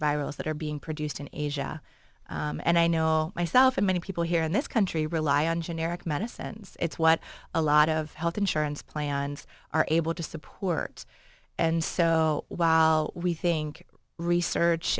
virals that are being produced in asia and i know myself and many people here in this country rely on generic medicines it's what a lot of health insurance plans are able to support and so while we think research